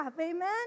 amen